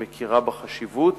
שמכירה בחשיבות